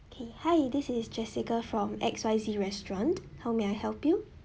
okay hi this is jessica from X Y Z restaurant how may I help you